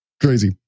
crazy